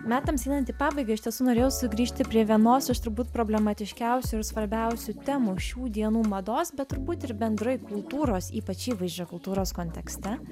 metams einant į pabaigą iš tiesų norėjau sugrįžti prie vienos iš turbūt problematiškiausių ir svarbiausių temų šių dienų mados bet turbūt ir bendrai kultūros ypač įvaizdžio kultūros kontekste